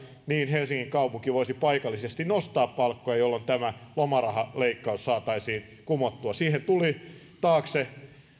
helsingin kaupunki voisi paikallisesti nostaa palkkoja jolloin tämä lomarahaleikkaus saataisiin kumottua siihen tuli taakse